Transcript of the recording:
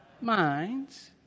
Minds